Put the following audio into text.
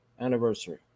anniversary